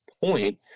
point